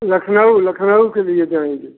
लखनऊ लखनऊ के लिए जाएँगे